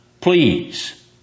Please